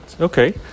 Okay